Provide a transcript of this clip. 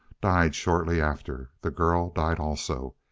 died shortly after the girl died also,